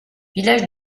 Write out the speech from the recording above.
village